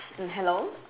mm hello